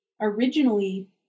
originally